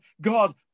God